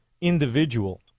individual